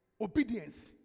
obedience